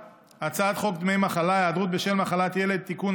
הצעת חוק דמי מחלה (היעדרות בשל מחלת ילד) (תיקון,